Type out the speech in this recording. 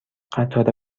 قطار